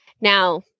Now